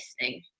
listening